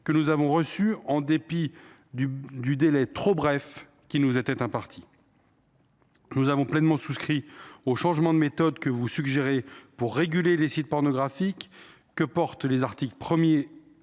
que nous avons reçus en dépit du trop bref délai qui nous était imparti. Nous avons pleinement souscrit au changement de méthode que vous suggérez pour réguler les sites pornographiques, défendu dans les articles 1 et